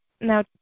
now